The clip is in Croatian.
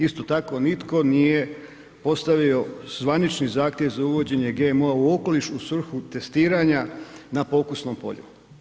Isto tako nitko nije postavio zvanični zahtjev za uvođenje GMO-a u okolišnu svrhu testiranja na pokusnom polju.